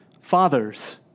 fathers